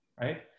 right